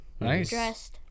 Nice